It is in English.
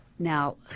Now